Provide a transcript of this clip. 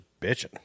bitching